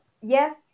yes